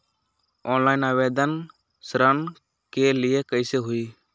Online आवेदन ऋन के लिए कैसे हुई?